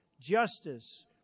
justice